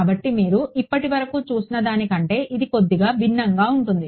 కాబట్టి మీరు ఇప్పటివరకు చూసిన దానికంటే ఇది కొద్దిగా భిన్నంగా ఉంటుంది